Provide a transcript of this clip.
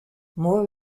more